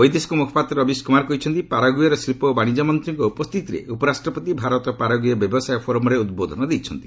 ବୈଦେଶିକ ମୁଖପାତ୍ର ରବିଶ କୁମାର କହିଛନ୍ତି ପାରାଗୁଏର ଶିଳ୍ପ ଓ ବାଶିଜ୍ୟ ମନ୍ତ୍ରୀଙ୍କ ଉପସ୍ଥିତିରେ ଉପରାଷ୍ଟ୍ରପତି ଭାରତ ପାରାଗ୍ରଏ ବ୍ୟବସାୟ ଫୋରମ୍ରେ ଉଦ୍ବୋଧନ ଦେଇଛନ୍ତି